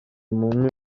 mumpe